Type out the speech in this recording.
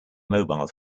mobile